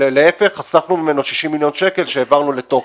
להיפך, חסכנו ממנו 60 מיליון שקל שהעברנו לתוכן.